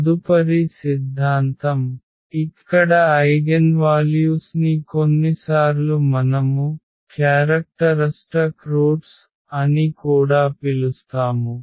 తదుపరి సిద్ధాంతం ఇక్కడ ఐగెన్వాల్యూస్ ని కొన్నిసార్లు మనము లక్షణ మూలాల అని కూడా పిలుస్తాము